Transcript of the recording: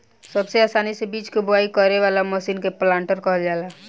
सबसे आसानी से बीज के बोआई करे वाला मशीन के प्लांटर कहल जाला